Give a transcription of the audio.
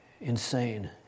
insane